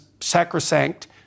sacrosanct